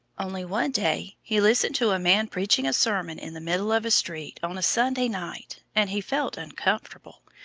only one day he listened to a man preaching a sermon in the middle of a street on a sunday night, and he felt uncomfortable,